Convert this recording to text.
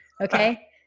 Okay